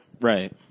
right